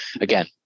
again